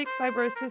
Fibrosis